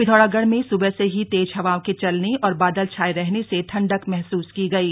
पिथौरागढ़ में सुबह से ही तेज हवाओं के चलने और बादल छाये रहने से ठंडक महसूस की गयी